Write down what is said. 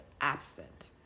absent